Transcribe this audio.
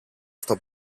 στο